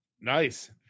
nice